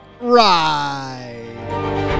ride